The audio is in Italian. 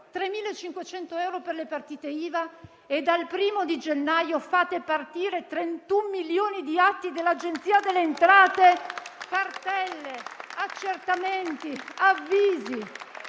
3.500 euro per le partite IVA e dal primo gennaio fate partire 31 milioni di atti dell'Agenzia delle entrate - cartelle, accertamenti e avvisi